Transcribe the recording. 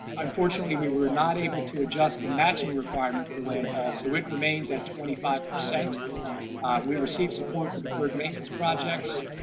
unfortunately, we were not able to adjust the matching requirement for lamb hall. so it remains at twenty five. we receive support for deferred maintenance projects.